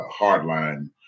hardline